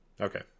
okay